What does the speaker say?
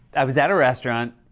i was at a restaurant.